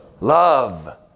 Love